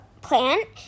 plant